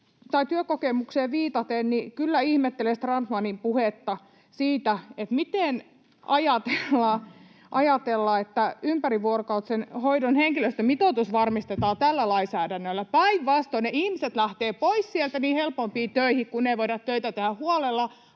tähän työkokemukseeni viitaten, niin kyllä ihmettelen Strandmanin puhetta siitä, miten ajatellaan, että ympärivuorokautisen hoidon henkilöstömitoitus varmistetaan tällä lainsäädännöllä. Päinvastoin ne ihmiset lähtevät pois sieltä niihin helpompiin töihin, kun ei voida töitä tehdä huolella,